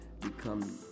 become